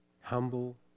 humble